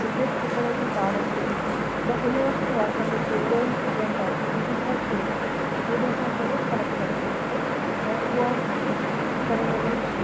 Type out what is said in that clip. cigarette छिकण जी ॿाड़ थिए त उन वक़्तु वात में च्यूंगम या टॉफी विझी छॾिजे त उनसां थोरो फर्क़ु पइजी वेंदो ऐं उहो करण में